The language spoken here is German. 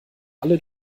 alle